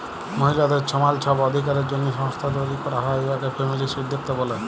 মহিলাদের ছমাল ছব অধিকারের জ্যনহে সংস্থা তৈরি ক্যরা হ্যয় উয়াকে ফেমিলিস্ট উদ্যক্তা ব্যলি